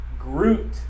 Groot